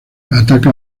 ataca